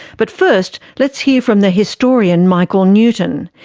but first, let's hear from the historian michael newton.